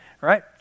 Right